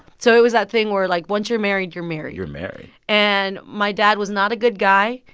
so it was that thing where, like, once you're married, you're married you're married and my dad was not a good guy.